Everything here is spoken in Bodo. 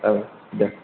औ दे